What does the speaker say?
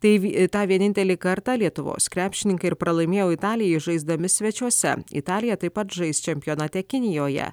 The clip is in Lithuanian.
tai tą vienintelį kartą lietuvos krepšininkai ir pralaimėjo italijai žaisdami svečiuose italija taip pat žais čempionate kinijoje